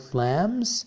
lambs